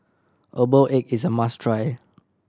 herbal egg is a must try